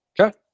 Okay